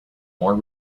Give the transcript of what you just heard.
more